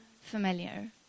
familiar